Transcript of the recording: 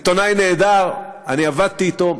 עיתונאי נהדר, אני עבדתי אתו.